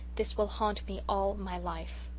this will haunt me all my life.